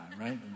right